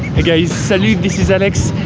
guys! salut, this is alex.